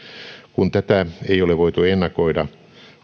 kun tätä ei ole voitu ennakoida